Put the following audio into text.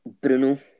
Bruno